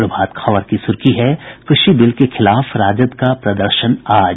प्रभात खबर की सुर्खी है कृषि बिल के खिलाफ राजद का प्रदर्शन आज